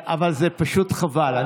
אבל זה פשוט חבל.